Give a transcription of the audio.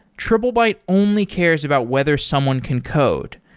triplebyte only cares about whether someone can code.